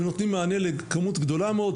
ונותנים מענה לכמות גדולה מאד.